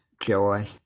joy